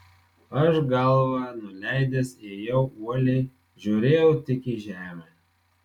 aš galvą nuleidęs ėjau uoliai žiūrėjau tik į žemę